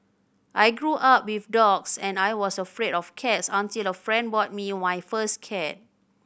I grew up with dogs and I was afraid of cats until a friend bought me my first cat